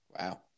Wow